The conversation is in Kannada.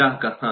ಗ್ರಾಹಕ ಹಾಂ